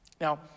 Now